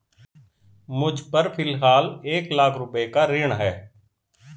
मुझपर फ़िलहाल एक लाख रुपये का ऋण है